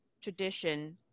tradition